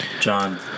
John